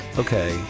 okay